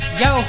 yo